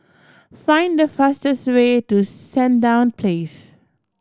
find the fastest way to Sandown Place